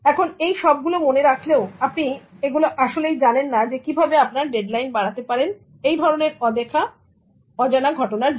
এখন এই সব গুলো মনে রাখলেও আপনি এগুলো আসলেই জানেন না কিভাবে আপনার ডেডলাইন বাড়াতে পারেন এই ধরনের অদেখা অজানা ঘটনার জন্য